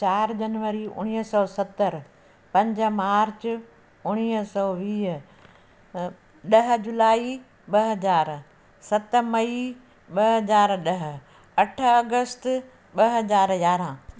चारि जनवरी उणिवीह सौ सतरि पंज मार्च उणिवीह सौ वीह ॾह जूलाई ॿ हज़ार सत मई ॿ हज़ार ॾह अठ अगस्त ॿ हज़ार यारहं